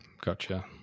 gotcha